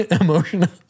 emotional